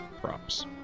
props